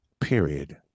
Period